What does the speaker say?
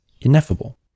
ineffable